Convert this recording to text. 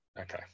Okay